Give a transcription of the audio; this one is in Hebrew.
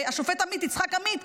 והשופט יצחק עמית,